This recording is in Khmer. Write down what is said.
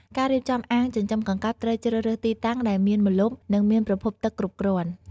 ការរៀបចំអាងចិញ្ចឹមកង្កែបត្រូវជ្រើសរើសទីតាំងដែលមានម្លប់ និងមានប្រភពទឹកគ្រប់គ្រាន់។